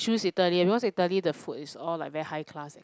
choose italy because italy the food is all like very high class eh